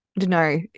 No